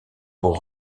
pour